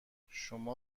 شما